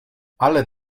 ale